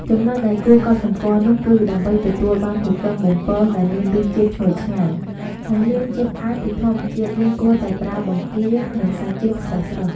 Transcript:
ចំណុចដែលគួរកត់សម្គាល់នោះគឺ ដើម្បីទទួលបានហ៊ូគឹងបំពងដែលមានរសជាតិឈ្ងុយឆ្ងាញ់ និងមានជាតិផ្អែមពីធម្មជាតិ យើងគួរតែប្រើ បង្គា និងសាច់ជ្រូកស្រស់ៗ។